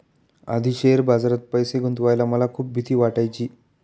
आधी शेअर बाजारात पैसे गुंतवायला मला खूप भीती वाटायची